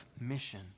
mission